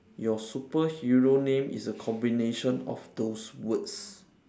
your superhero name is a combination of those words